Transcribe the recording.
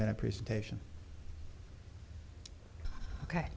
minute presentation ok